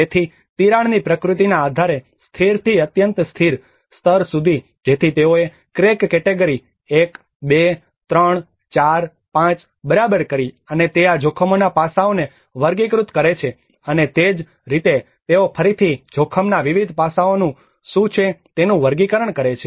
તેથી તિરાડની પ્રકૃતિના આધારે અને સ્થિરથી અત્યંત અસ્થિર સ્તર સુધી જેથી તેઓએ ક્રેક કેટેગરી 1 2 3 4 5 બરાબર કરી અને તે આ જોખમોના પાસાઓને વર્ગીકૃત કરે છે અને તે જ રીતે તેઓ ફરીથી જોખમના વિવિધ પાસાઓ શું છે તેનું વર્ગીકરણ કરે છે